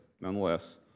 nonetheless